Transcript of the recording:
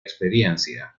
experiencia